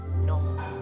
No